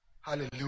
Hallelujah